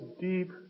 deep